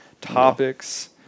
topics